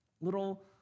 little